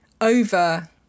over